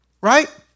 Right